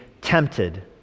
tempted